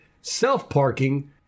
self-parking